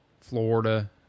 Florida